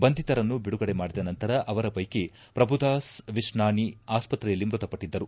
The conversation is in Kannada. ಬಂಧಿತರನ್ನು ಬಿಡುಗಡೆ ಮಾಡಿದ ನಂತರ ಅವರ ಪೈಕಿ ಪ್ರಭುದಾಸ್ ವಿಷ್ಣಾಣಿ ಆಸ್ಪತ್ರೆಯಲ್ಲಿ ಮೃತಪಟ್ಟಿದ್ದರು